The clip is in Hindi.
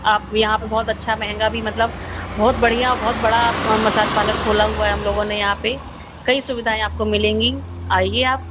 आप यहाँ बहुत अच्छा महंगा भी मतलब बहुत बढ़िया और बहुत बड़ा मसाज पालर खोला हुआ है हम लोगों ने यहाँ पर कई सुविधाएँ आपको मिलेगी आइए आप